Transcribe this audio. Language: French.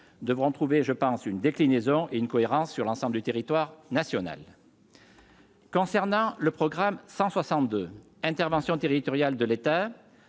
devront trouver je pense une déclinaison et une cohérence sur l'ensemble du territoire national. Concernant le programme 162 Interventions territoriales de l'État,